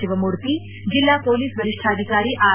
ಶಿವಮೂರ್ತಿ ಜಿಲ್ಲಾ ಪೊಲೀಸ್ ವರಿಷ್ಟಾಧಿಕಾರಿ ಆರ್